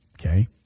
Okay